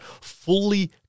fully